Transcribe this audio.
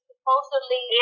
supposedly